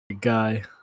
Guy